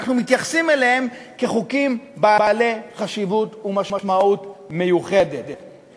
אנחנו מתייחסים אליהם כאל חוקים בעלי חשיבות ומשמעות מיוחדת,